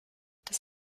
das